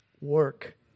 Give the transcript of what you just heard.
work